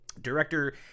Director